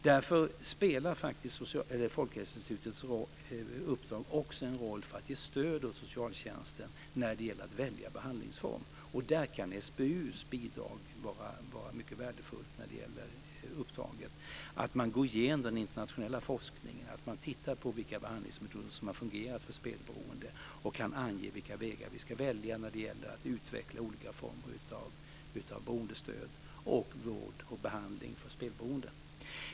Därför spelar Folkhälsoinstitutets uppdrag också en roll för att ge stöd åt socialtjänsten när det gäller att välja behandlingsform. Där kan SBU:s bidrag vara mycket värdefullt när det gäller uppdraget - att man går igenom den internationella forskningen, att man tittar på vilka behandlingsmetoder som har fungerat för spelberoende och kan ange vilka vägar vi ska välja när det gäller att utveckla olika former av beroendestöd samt vård och behandling för spelberoende.